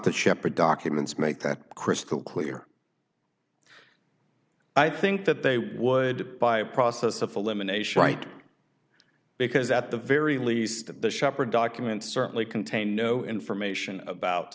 the sheppard documents make that crystal clear i think that they would by a process of elimination right because at the very least the shopper documents certainly contain no information about